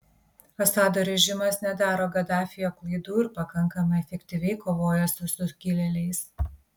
assado režimas nedaro gaddafio klaidų ir pakankamai efektyviai kovoja su sukilėliais